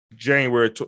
January